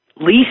least